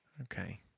Okay